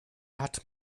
hat